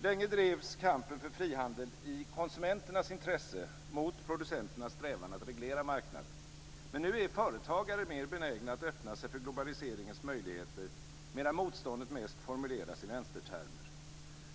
Länge drevs kampen för frihandel i konsumenternas intresse mot producenternas strävan att reglera marknaden. Men nu är företagare mer benägna att öppna sig för globaliseringens möjligheter, medan motståndet mest formuleras i vänstertermer.